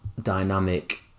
dynamic